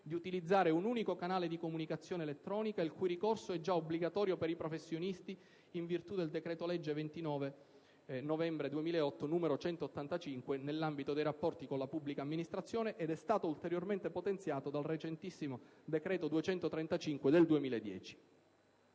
di utilizzare un unico canale di comunicazione elettronica, il cui ricorso è già obbligatorio per i professionisti in virtù del decreto-legge 29 novembre 2008, n. 185, nell'ambito dei rapporti con la pubblica amministrazione ed è stato ulteriormente potenziato dal recentissimo decreto-legge n. 235 del 2010.